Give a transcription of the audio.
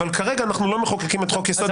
אבל כרגע אנחנו לא מחוקקים את חוק-יסוד: